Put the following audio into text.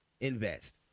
invest